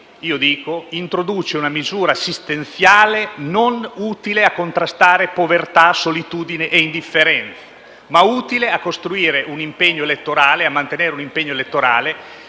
che introduce una misura assistenziale, non utile a contrastare povertà, solitudine e indifferenza, ma utile a mantenere un impegno elettorale nei confronti degli elettori,